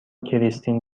کریستین